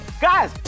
Guys